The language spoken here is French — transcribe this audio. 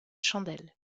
chandelle